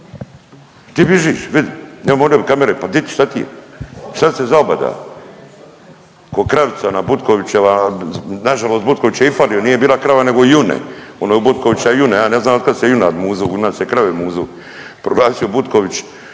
Di bižiš? Vidi. …/Govornik se ne razumije./… pa di ćeš? Šta ti je? Šta si se zaobada ko' kravica ona Butkovićeva. Na žalost Butković je i falio, nije bila krava, nego june. Ono je u Butkovića june. Ja ne znam od kad se junad muzu? U nas se krave muzu. Proglasio Butković